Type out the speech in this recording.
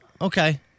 Okay